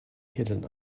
hidden